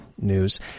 news